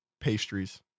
pastries